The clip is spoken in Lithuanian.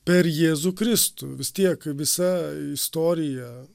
per jėzų kristų vis tiek visa istorija